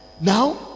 Now